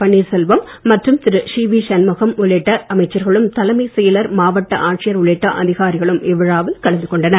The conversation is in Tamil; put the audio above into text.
பன்னீர்செல்வம் மற்றும் திரு சிவி சண்முகம் உள்ளிட்ட அமைச்சர்களும் தலைமைச் செயலர் மாவட்ட ஆட்சியர் உள்ளிட்ட அதிகாரிகளும் இவ்விழாவில் கலந்து கொண்டனர்